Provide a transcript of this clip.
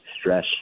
stress